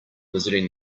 visiting